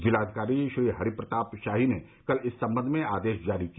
जिलाधिकारी श्रीहरि प्रताप शाही ने कल इस संबंध में आदेश जारी किया